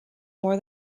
more